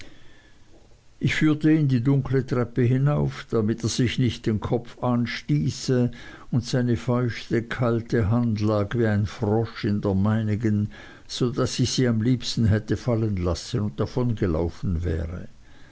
ich führte ihn die dunkle treppe hinauf damit er sich nicht den kopf anstieße und seine feuchte kalte hand lag wie ein frosch in der meinigen so daß ich sie am liebsten hätte fallen lassen und davongelaufen wäre